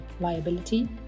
liability